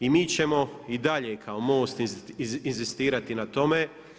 I mi ćemo i dalje kao Most inzistirati na tome.